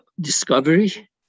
discovery